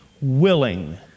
willing